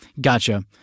Gotcha